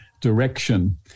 direction